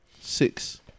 six